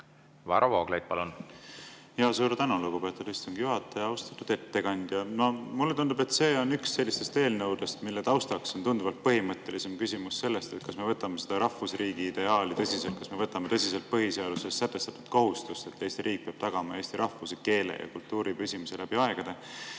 Varro Vooglaid, palun! Suur tänu, lugupeetud istungi juhataja! Austatud ettekandja! Mulle tundub, et see on üks sellistest eelnõudest, mille taustaks on tunduvalt põhimõttelisem küsimus sellest, kas me võtame oma rahvusriigi ideaali tõsiselt, kas me võtame tõsiselt põhiseaduses sätestatud kohustust, et Eesti riik peab tagama eesti rahvuse, keele ja kultuuri püsimise läbi aegade.